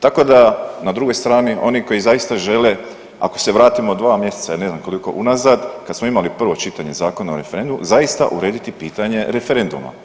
Tako da na drugoj strani oni koji zaista žele ako se vratimo 2 mjeseca i ne znam koliko unazad kad smo imali prvo čitanje Zakona o referendumu zaista urediti pitanje referenduma.